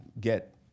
get